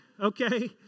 okay